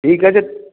ঠিক আছে